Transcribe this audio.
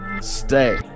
stay